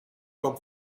com